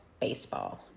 baseball